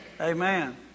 Amen